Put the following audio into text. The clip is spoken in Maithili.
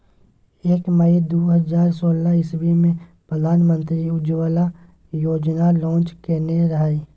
एक मइ दु हजार सोलह इस्बी मे प्रधानमंत्री उज्जवला योजना लांच केने रहय